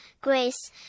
grace